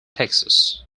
texas